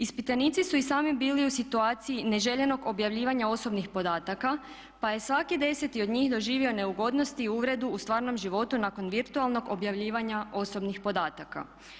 Ispitanici su i sami bili u situaciji neželjenog objavljivanja osobnih podataka pa je svaki deseti od njih doživio neugodnosti i uvredu u stvarnom životu nakon virtualnog objavljivanja osobnih podataka.